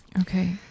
Okay